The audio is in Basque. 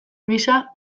gisa